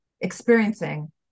experiencing